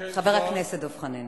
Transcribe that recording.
חבר הכנסת דב חנין.